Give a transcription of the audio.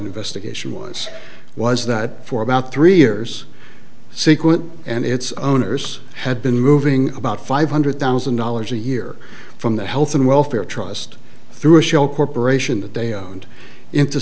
investigation was was that for about three years sequent and its owners had been moving about five hundred thousand dollars a year from the health and welfare trust through a shell corporation that they owned into